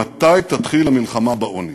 מתי תתחיל המלחמה בעוני?